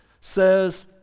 says